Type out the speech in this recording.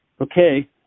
Okay